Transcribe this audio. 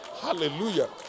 hallelujah